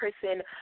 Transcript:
person